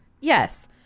Yes